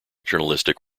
journalistic